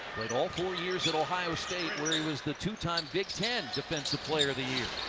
played all four years at ohio state where he was the two-time big ten defensive player of the year.